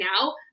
now